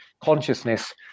consciousness